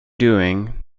doing